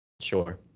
Sure